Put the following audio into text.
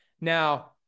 Now